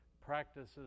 practices